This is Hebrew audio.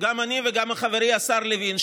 גם אני וגם חברי השר לוין,